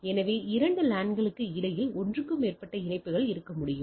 எனவே இரண்டு லான்களுக்கு இடையில் ஒன்றுக்கு மேற்பட்ட இணைப்புகள் இருக்க முடியும்